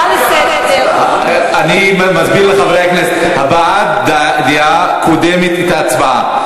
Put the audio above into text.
אני מסביר לחברי הכנסת: הבעת דעה קודמת להצבעה.